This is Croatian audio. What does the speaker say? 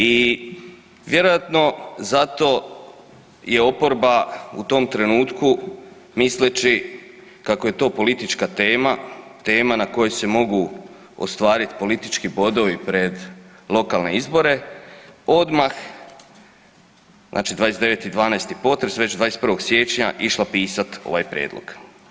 I vjerojatno zato je oporba u tom trenutku misleći kako je to politička tema, tema na koju se mogu ostvarit politički bodovi pred lokalne izbore, odmah, znači 29.12. potres, već 21. siječnja išla pisat ovaj prijedlog.